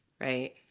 Right